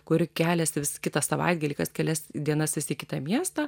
kuri keliasi vis kitą savaitgalį kas kelias dienas vis į kitą miestą